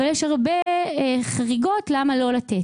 אבל יש הרבה חריגות למה לא לתת.